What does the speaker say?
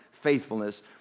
faithfulness